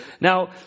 Now